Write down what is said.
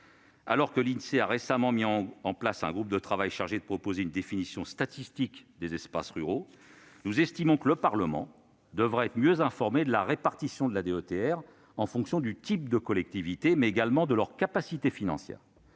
Alors que l'Insee a récemment mis en place un groupe de travail chargé de proposer une définition statistique des espaces ruraux, nous estimons que le Parlement devrait être mieux informé de la répartition de la DETR en fonction du type de collectivité, mais également de sa capacité financière.